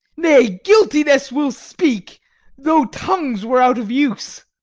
nay, guiltiness will speak though tongues were out of use.